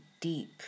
deep